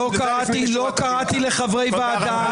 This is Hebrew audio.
לא קראתי לחברי ועדה.